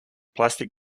plastic